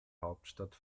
hauptstadt